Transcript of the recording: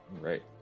Right